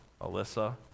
Alyssa